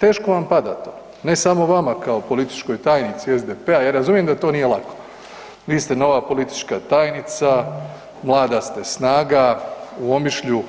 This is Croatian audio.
Teško vam pada, ne samo vama kao političkoj tajnici SDP-a, ja razumijem da to nije lako, vi ste nova politička tajnica, mlada ste snaga, u Omišlju